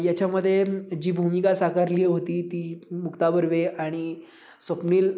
याच्यामध्ये जी भूमिका साकारली होती ती मुक्ता बर्वे आणि स्वप्नील